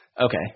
Okay